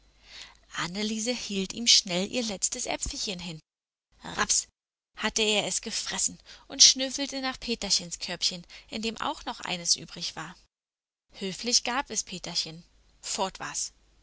anneliese hielt ihm schnell ihr letztes äpfelchen hin rapps hatte er es gefressen und schnüffelte nach peterchens körbchen in dem auch noch einiges übrig war höflich gab es peterchen fort